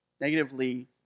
negatively